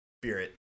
Spirit